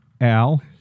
Al